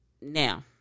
Now